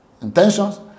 intentions